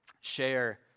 share